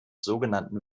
sogenannten